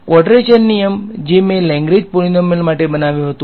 quadrature નિયમ જે મેં લેગ્રેન્જ પોલીનોમીયલ માટે મેળવ્યો હતો